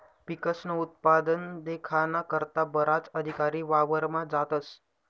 पिकस्नं उत्पादन देखाना करता बराच अधिकारी वावरमा जातस